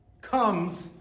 comes